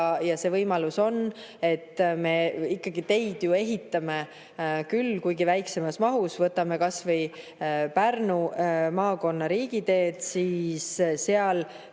ja see võimalus on. Me ikkagi teid ju ehitame küll, kuigi väiksemas mahus. Võtame kas või Pärnu maakonna riigiteed, kus meil